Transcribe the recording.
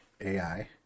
ai